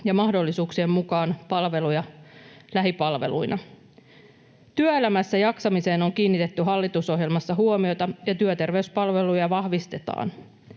mahdollisuuksien mukaan palveluja läheltä lähipalveluina. Työelämässä jaksamiseen on kiinnitetty hallitusohjelmassa huomiota, ja työterveyspalveluja vahvistetaan.